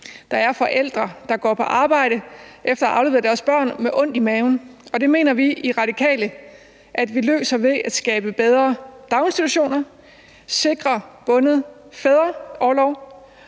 der er forældre, der går på arbejde med ondt i maven efter at have afleveret deres børn, og det mener vi i Det Radikale Venstre vi løser ved at skabe bedre daginstitutioner, sikre bunden fædreorlov